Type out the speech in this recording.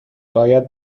باید